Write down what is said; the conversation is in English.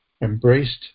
embraced